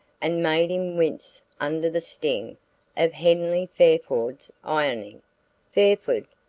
and made him wince under the sting of henley fairford's irony fairford,